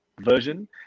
version